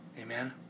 Amen